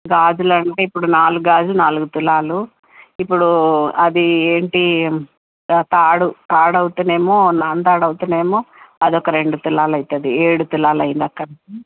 గాజులు అంటే ఇప్పుడు నాలుగు గాజులు నాలుగు తులాలు ఇప్పుడు అది ఏంటి తా తాడు తాడు అవుతేనేమో నాన్ తాడు అవుతేనేమో అది ఒక రెండు తులాలు అవుతుంది ఏడు తులాలు అయింది అక్కడదాకా